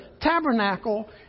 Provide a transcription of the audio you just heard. tabernacle